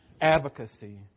advocacy